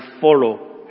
follow